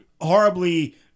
Horribly